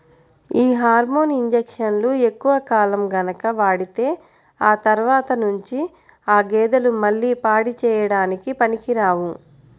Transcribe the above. యీ హార్మోన్ ఇంజక్షన్లు ఎక్కువ కాలం గనక వాడితే ఆ తర్వాత నుంచి ఆ గేదెలు మళ్ళీ పాడి చేయడానికి పనికిరావు